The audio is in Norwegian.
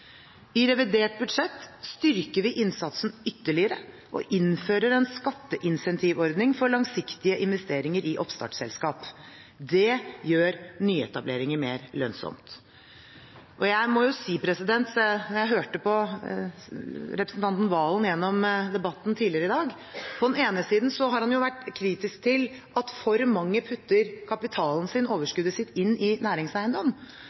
I revidert budsjett styrker vi innsatsen ytterligere og innfører en skatteincentivordning for langsiktige investeringer i oppstartselskap. Det gjør nyetableringer mer lønnsomt. Jeg må jo si at jeg hørte representanten Serigstad Valen i debatten tidligere i dag. På den ene siden har han vært kritisk til at for mange putter kapitalen sin – overskuddet sitt – inn i næringseiendom.